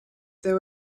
there